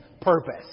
purpose